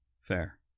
fair